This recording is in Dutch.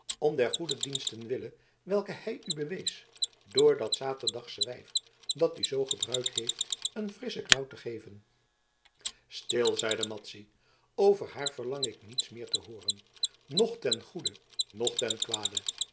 der goede diensten wille welke hij u bewees door dat zaterdagsche wijf dat u zoo gebruid heeft een frisschen knauw te geven stil zeide madzy over haar verlang ik niets meer te hooren noch ten goede noch ten kwade